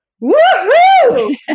woo-hoo